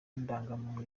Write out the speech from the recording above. ndangamuntu